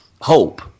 hope